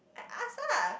I ask ah